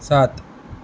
सात